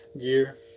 gear